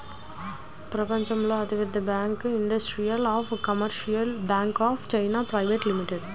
ప్రపంచంలో అతిపెద్ద bank industrial and commercial bank of China private limited